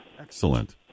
Excellent